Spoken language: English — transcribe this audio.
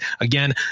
Again